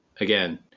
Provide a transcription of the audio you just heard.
again